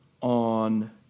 on